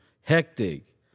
Hectic